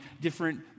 different